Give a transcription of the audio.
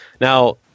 Now